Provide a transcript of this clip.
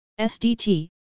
SDT